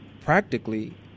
practically